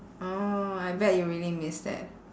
orh I bet you really miss that